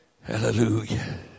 hallelujah